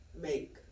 make